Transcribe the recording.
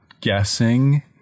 guessing